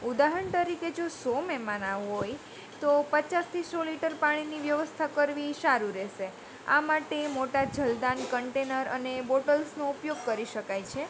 ઉદાહરણ તરીકે જો સો મહેમાન આવનાર હોય તો પચાસથી સો લિટર પાણીની વ્યવસ્થા કરવી એ સારું રહેશે આ માટે મોટા જલદાન કન્ટેનર બોટલ્સનો ઉપયોગ કરી શકાય છે